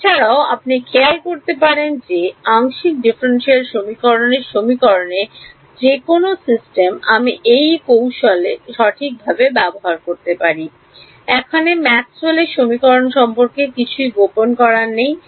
এছাড়াও আপনি খেয়াল করতে পারেন যে আংশিক ডিফারেনশিয়াল সমীকরণের যে কোনও সিস্টেম আমি এই কৌশলটি সঠিকভাবে ব্যবহার করতে পারি এখানে ম্যাক্সওয়েলের Maxwell'sসমীকরণ সম্পর্কে খুব গোপন কিছুই নেই